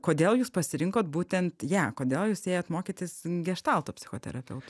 kodėl jūs pasirinkot būtent ją kodėl jūs ėjot mokytis n geštalto psichoterapeut